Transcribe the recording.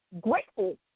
grateful